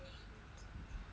mm